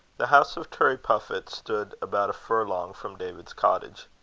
the house of turriepuffit stood about a furlong from david's cottage.